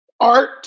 art